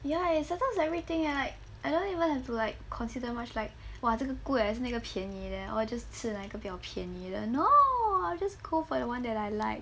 ya s~ sometimes everything right I don't even have to like consider much like !wah! 这个 good 还是那个便宜 leh or just 吃哪一个比较便宜的 no I'll just go for the one that I like